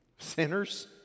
Sinners